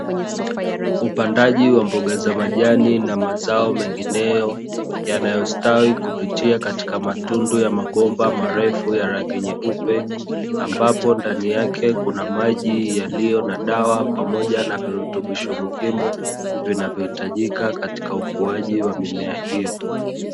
Upandaji wa mboga za majani na mazao mengineyo yanayostawi kupitia matundu ya mabomba marefu yarangi nyeupe, ambapo ndani yake kunamaji yaliyo na dawa pamoja na virutubisho muhimu, vinavyohitajika katika ukuaji wa mimea hiyo.